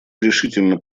решительно